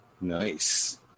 Nice